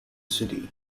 city